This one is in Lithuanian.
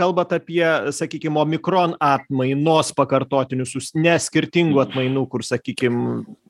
kalbat apie sakykim omikron atmainos pakartotinius jūs ne skirtingų atmainų kur sakykim